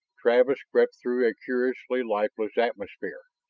travis crept through a curiously lifeless atmosphere.